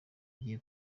gihe